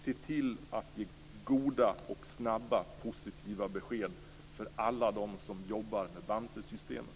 Se till att ge goda, snabba och positiva besked för alla dem som jobbar med Bamsesystemet.